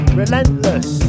relentless